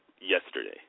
yesterday